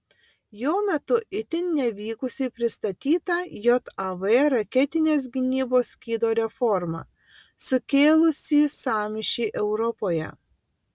jo metu itin nevykusiai pristatyta jav raketinės gynybos skydo reforma sukėlusį sąmyšį europoje